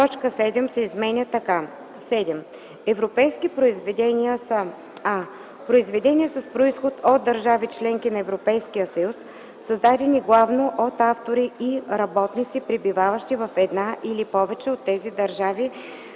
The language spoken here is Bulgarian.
точка 32 се изменя така: